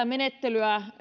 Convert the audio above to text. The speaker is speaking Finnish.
menettely